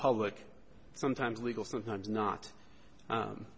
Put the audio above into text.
public sometimes legal sometimes not